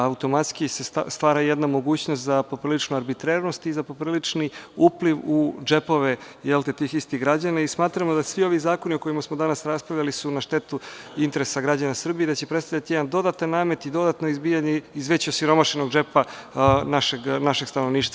Automatski se stvara jedna mogućnost za popriličnu arbitrernost i za poprilični upliv u džepove tih istih građana i smatramo da svi ovi zakoni o kojima smo danas raspravljali su na štetu interesa građana Srbije i da će predstavljati jedan dodatan namet i dodatno izbijanje iz već osiromašenog džepa našeg stanovništva.